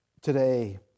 today